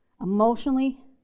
emotionally